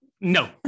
No